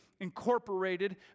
incorporated